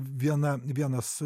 viena vienas